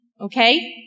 Okay